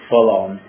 Full-on